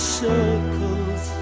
circles